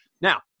Now